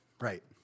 Right